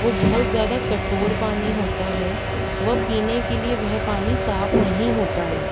वो बहुत ज़्यादा कठोर पानी होता है वह पीने के लिए वह पानी साफ़ नहीं होता है